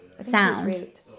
sound